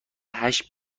هشت